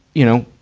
you know,